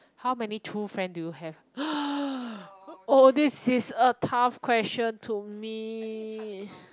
how many true friend do you have oh this is a tough question to me